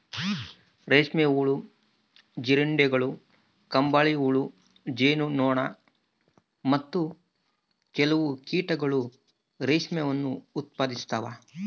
ರೇಷ್ಮೆ ಹುಳು, ಜೀರುಂಡೆಗಳು, ಕಂಬಳಿಹುಳು, ಜೇನು ನೊಣ, ಮತ್ತು ಕೆಲವು ಕೀಟಗಳು ರೇಷ್ಮೆಯನ್ನು ಉತ್ಪಾದಿಸ್ತವ